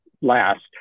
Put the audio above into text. last